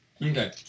Okay